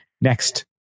next